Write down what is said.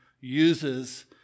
uses